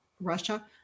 Russia